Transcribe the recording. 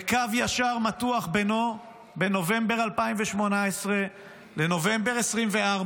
וקו ישר מתוח בינו, בין נובמבר 2018 לנובמבר 2024,